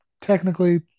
technically